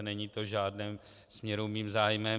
Není to v žádném směru mým zájmem.